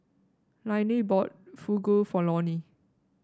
Lainey bought Fugu for Lonny